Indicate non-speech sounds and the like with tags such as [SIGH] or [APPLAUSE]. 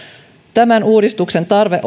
tämän uudistuksen tarve [UNINTELLIGIBLE]